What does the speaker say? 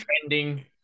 trending